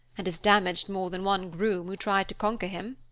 and has damaged more than one groom who tried to conquer him.